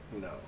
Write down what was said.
No